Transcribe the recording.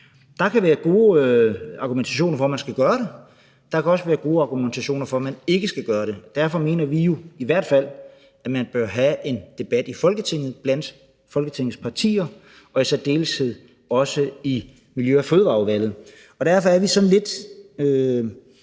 Der kan være gode argumenter for, at man skal gøre det. Der kan også være gode argumenter for, at man ikke skal gøre det. Derfor mener vi jo, at man i hvert fald bør have en debat i Folketinget blandt Folketingets partier og i særdeleshed også i Miljø- og Fødevareudvalget. Derfor er vi sådan lidt